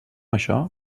això